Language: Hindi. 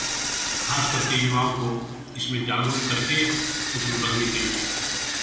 खास करके युवाओं को इसमें जागरुक करके उसमें बढ़ने के लिए